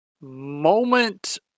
moment